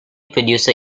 producer